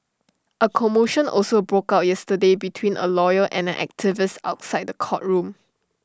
A commotion also broke out yesterday between A lawyer and an activist outside the courtroom